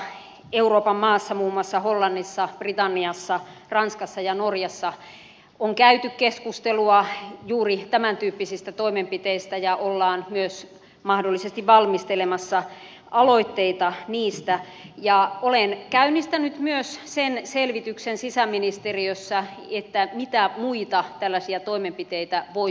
muutamassa euroopan maassa muun muassa hollannissa britanniassa ranskassa ja norjassa on käyty keskustelua juuri tämän tyyppisistä toimenpiteistä ja ollaan myös mahdollisesti valmistelemassa aloitteita niistä ja olen käynnistänyt myös sen selvityksen sisäministeriössä mitä muita tällaisia toimenpiteitä voisi olla